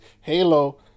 Halo